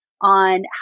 on